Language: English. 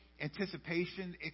anticipation